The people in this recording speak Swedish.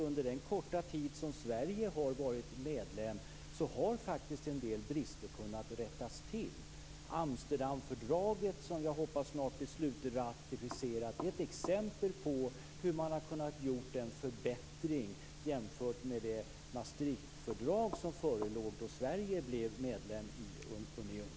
Under den korta tid som Sverige har varit medlem tycker jag faktiskt att en del brister har kunnat rättas till. Amsterdamfördraget, som jag hoppas snart blir slutratificerat, är ett exempel på hur man har kunnat göra en förbättring jämfört med det Maastrichtfördrag som förelåg då Sverige blev medlem i unionen.